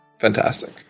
Fantastic